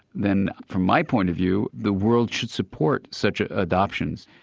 then from my point of view the world should support such adoptions.